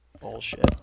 Bullshit